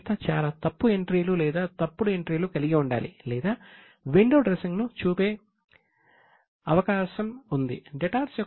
సంస్థ చూపిన విధంగా డెటార్స్